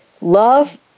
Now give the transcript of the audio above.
Love